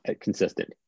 consistent